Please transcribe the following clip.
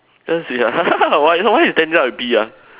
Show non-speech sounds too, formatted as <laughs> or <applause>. cause you are <laughs> why you why you standing and pee ah